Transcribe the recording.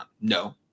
No